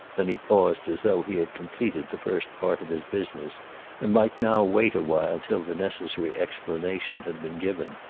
then he paused as though he had completed the first part of his business and might now wait awhile till the necessary explanation had been given.